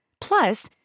Plus